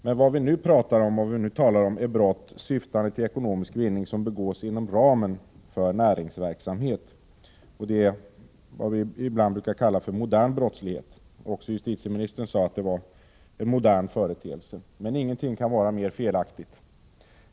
Men vad vi nu talar om är brott, som syftar till ekonomisk vinning och som begås inom ramen för näringsverksamhet. Det är vad vi ibland brukar kalla för modern brottslighet. Justitieministern sade också att det var en modern företeelse. Ingenting kan vara mer felaktigt.